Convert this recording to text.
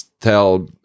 tell